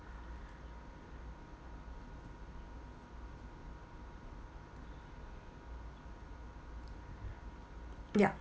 ya